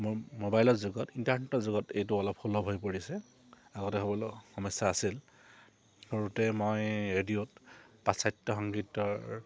মোৰ মোবাইলৰ যুগত ইণ্টাৰনেটৰ যুগত এইটো অলপ সুলভ হৈ পৰিছে আগতে হ'বলৈ সমস্যা আছিল সৰুতে মই ৰেডিঅ'ত পাশ্চাত্য সংগীতৰ